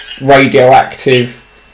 radioactive